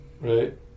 right